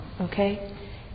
okay